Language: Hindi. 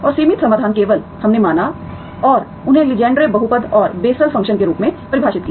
और सीमित समाधान केवल हमने माना और उन्हें लीजेंड्रे बहुपद और बेसेल फंक्शन के रूप में परिभाषित किया